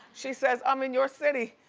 she says i'm in your city.